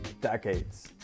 Decades